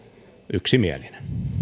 yksimielinen kiitoksia